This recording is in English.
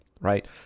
right